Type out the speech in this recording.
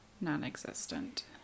non-existent